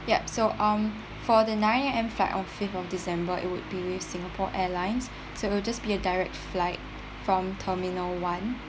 ya so um for the nine A_M flight on fifth of december it would be with singapore airlines so it will just be a direct flight from terminal one